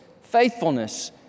faithfulness